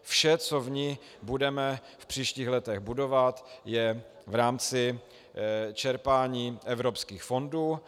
Vše, co v ní budeme v příštích letech budovat, je v rámci čerpání evropských fondů.